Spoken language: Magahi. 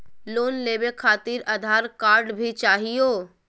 लोन लेवे खातिरआधार कार्ड भी चाहियो?